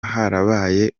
harabaye